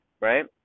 right